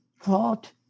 thought